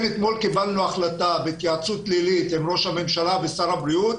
אתמול קיבלנו החלטה בהתייעצות לילית עם ראש הממשלה ועם שר הבריאות